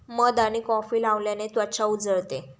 मध आणि कॉफी लावल्याने त्वचा उजळते